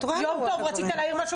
יום טוב, אתה רוצה להעיר משהו?